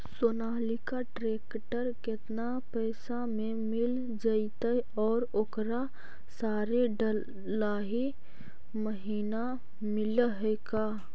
Sonalika tractor केतना पैसा में मिल जइतै और ओकरा सारे डलाहि महिना मिलअ है का?